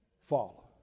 follow